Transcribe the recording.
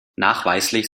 nachweislich